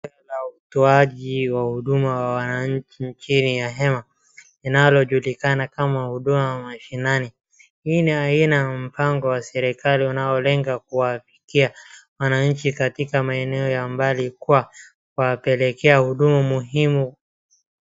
Utoaji wa huduma wa wananchi chini ya hema inalojulikana kama huduma mashinani. Hii ni aina ya mpango wa serikali unaolenga kuwafikia wananchi katika maeneo ya mbali kwa kuwapelekea huduma muhimu.